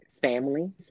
family